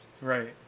Right